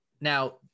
Now